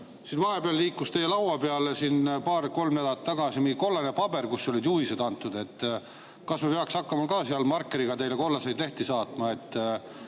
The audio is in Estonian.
siin vahepeal liikus teie laua peale paar-kolm nädalat tagasi mingi kollane paber, kus olid juhised antud. Kas me peaks hakkama ka selleks markeriga teile kollaseid lehti saatma, et